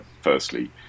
Firstly